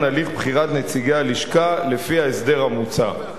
הליך בחירת נציגי הלשכה לפי ההסדר המוצע.